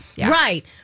right